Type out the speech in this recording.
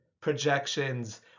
projections